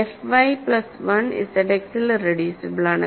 f y plus 1 Z എക്സിൽ irreducible ആണ്